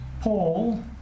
Paul